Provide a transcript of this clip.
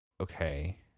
okay